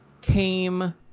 came